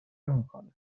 میکنه